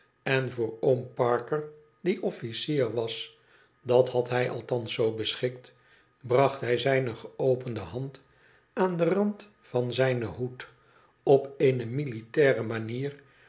en voor oom parker die officier was dat had hij althans zoo beschikt bracht hij zijne geopende hand aan den rand van zijne hoed op eene militaire manier